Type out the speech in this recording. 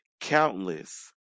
countless